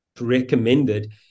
recommended